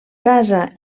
casa